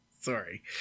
sorry